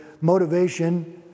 motivation